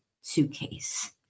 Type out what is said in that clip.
suitcase